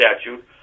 statute